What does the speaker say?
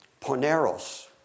Poneros